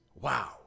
Wow